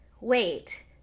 wait